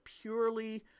purely